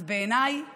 אז בעיניי פשוט,